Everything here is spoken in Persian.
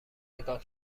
نگاه